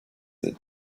that